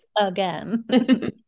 again